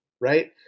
right